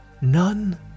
none